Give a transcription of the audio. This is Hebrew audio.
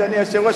אדוני היושב-ראש,